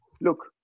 Look